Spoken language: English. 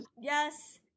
Yes